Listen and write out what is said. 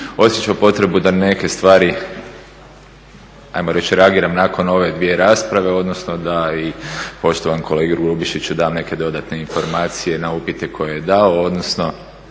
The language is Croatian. osjećao potrebu da neke stvari hajmo reći reagiram nakon ove dvije rasprave, odnosno da i poštovanom kolegi Grubišiću dam neke dodatne informacije na upite koje je dao, odnosno